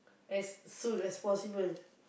as soon as possible